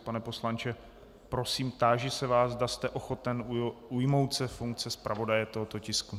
Pane poslanče, prosím, táži se vás, zda jste ochoten ujmout se funkce zpravodaje tohoto tisku.